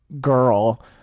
girl